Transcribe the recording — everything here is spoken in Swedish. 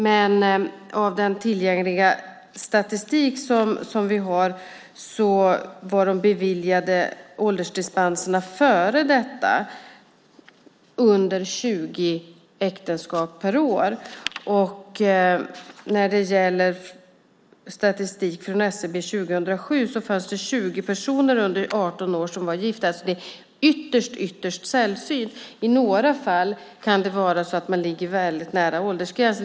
Men enligt tillgänglig statistik var de beviljade åldersdispenserna före 2004 mindre än 20 äktenskap per år. Enligt statistik från SCB för 2007 fanns det 20 personer under 18 år som var gifta. Det är alltså ytterst, ytterst sällsynt. I några fall kan det vara så att man ligger väldigt nära åldersgränsen.